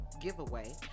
giveaway